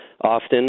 Often